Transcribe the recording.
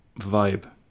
vibe